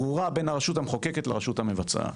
ברורה, בין הרשות המחוקקת לרשות המבצעת.